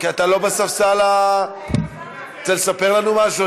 כי אתה לא בספסל, רוצה לספר לנו משהו?